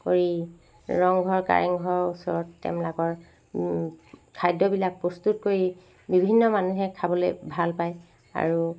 কৰি ৰংঘৰ কাৰেংঘৰৰ ওচৰত তেওঁবিলাকৰ খাদ্যবিলাক প্ৰস্তুত কৰি বিভিন্ন মানুহে খাবলৈ ভাল পায় আৰু